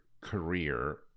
career